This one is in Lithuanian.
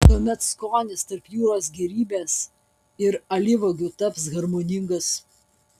tuomet skonis tarp jūros gėrybės ir alyvuogių taps harmoningas